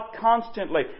constantly